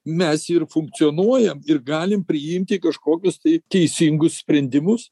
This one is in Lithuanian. mes ir funkcionuojam ir galim priimti kažkokius tai teisingus sprendimus